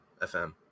FM